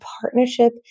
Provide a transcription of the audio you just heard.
partnership